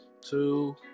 two